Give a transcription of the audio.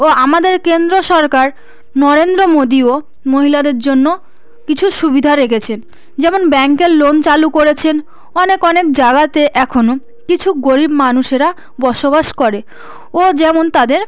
ও আমাদের কেন্দ্র সরকার নরেন্দ্র মোদিও মহিলাদের জন্য কিছু সুবিধা রেখেছেন যেমন ব্যাঙ্কের লোন চালু করেছেন অনেক অনেক জায়গাতে এখনো কিছু গরীব মানুষেরা বসবাস করে ও যেমন তাদের